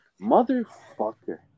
motherfucker